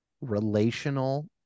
relational